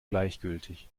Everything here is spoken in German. gleichgültig